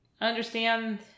understand